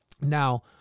Now